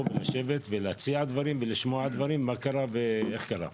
ולשבת ולהציע דברים ולשמוע דברים על מה שקרה ואיך קרה.